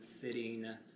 sitting